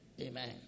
Amen